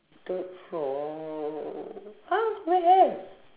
third floor !huh! where have